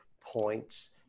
points